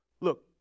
Look